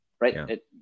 right